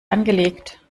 angelegt